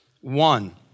one